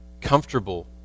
comfortable